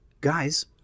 guys